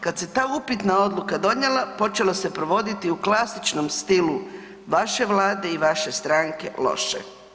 Kad se ta upitna odluka donijela počelo se provoditi u klasičnom stilu vaše Vlade i vaše stranke loše.